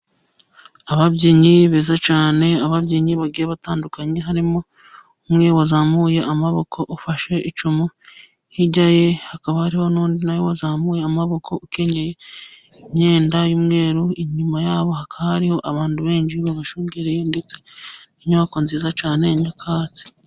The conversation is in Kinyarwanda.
Ababyinnyi beza cyane, ababyinnyi bagiye batandukanye, harimo umwe wazamuye amaboko ufashe icumu. Hirya ye hakaba hariho n'undi na we wazamuye amaboko, ukenyeye imyenda y'umweru. Inyuma yabo hakaba hariho abantu benshi babashungereye, ndetse n'inyubako nziza cyane ya nyakatsi.